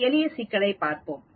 ஒரு எளிய சிக்கலைப் பார்ப்போம்